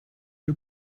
you